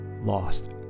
lost